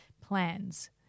plans